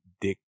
Dick